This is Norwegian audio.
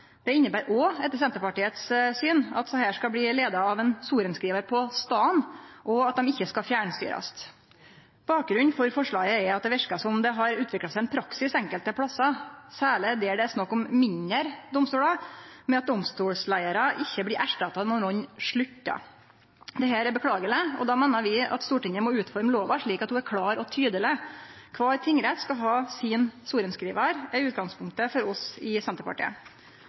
inneber òg, etter Senterpartiets syn, at desse skal bli leia av ein sorenskrivar på staden, og at dei ikkje skal fjernstyrast. Bakgrunnen for forslaget er at det verkar som om det har utvikla seg ein praksis enkelte plassar, særleg der det er snakk om mindre domstolar, med at domstolsleiarar ikkje blir erstatta når nokon sluttar. Dette er beklageleg, og då meiner vi at Stortinget må utforme lova slik at ho er klår og tydeleg. Kvar tingrett skal ha sin sorenskrivar, det er utgangspunktet for oss i Senterpartiet.